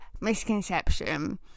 misconception